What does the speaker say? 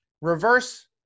reverse